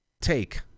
take